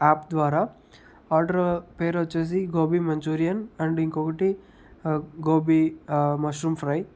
app ద్వారా order పేరొచ్చేసి gobi Manchurian and ఇంకొకటి గోబీ మష్రూమ్ ఫ్రై